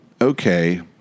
okay